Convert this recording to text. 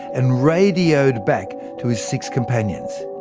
and radioed back to his six companions.